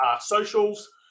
socials